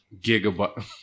Gigabyte